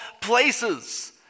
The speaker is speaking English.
places